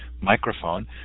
microphone